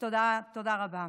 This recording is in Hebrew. תודה רבה.